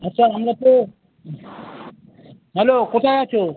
আচ্ছা আমরা তো হ্যালো কোথায় আছো